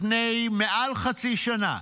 לפני מעל חצי שנה,